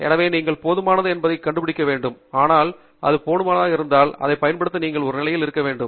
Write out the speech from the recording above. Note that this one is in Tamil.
எனவே நீங்கள் போதுமானதா என்பதைக் கண்டுபிடிக்க வேண்டும் ஆனால் அது போதுமானதாக இருந்தால் அதைப் பயன்படுத்த நீங்கள் ஒரு நிலையில் இருக்க வேண்டும்